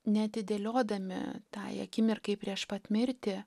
neatidėliodami tai akimirkai prieš pat mirtį